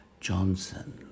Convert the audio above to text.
Johnson